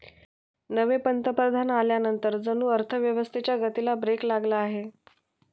नवे पंतप्रधान आल्यानंतर जणू अर्थव्यवस्थेच्या गतीला ब्रेक लागला आहे